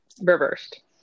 reversed